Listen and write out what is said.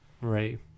right